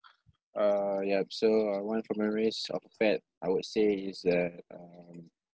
uh yup so uh one of memories of pet I would say is that um